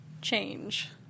change